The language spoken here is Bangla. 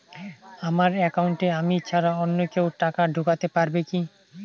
আমার একাউন্টে আমি ছাড়া অন্য কেউ টাকা ঢোকাতে পারবে কি?